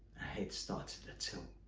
heads started to tilt.